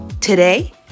today